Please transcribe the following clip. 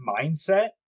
mindset